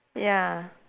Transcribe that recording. ya